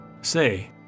Say